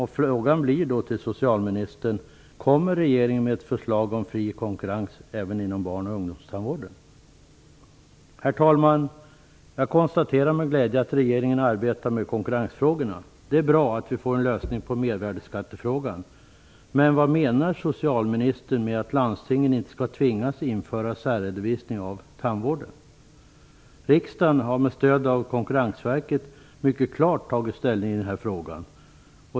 Herr talman! Jag konstaterar med glädje att regeringen arbetar med konkurrensfrågorna. Det är bra att vi får en lösning på mervärdesskattefrågan. Men vad menar socialministern men att landstingen inte skall tvingas att införa särredovisning av tandvården? Riksdagen har med stöd av Konkurrensverket mycket klart tagit ställning i den här frågan.